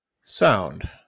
sound